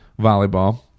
volleyball